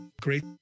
Great